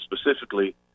specifically